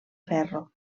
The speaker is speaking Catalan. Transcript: ferro